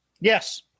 Yes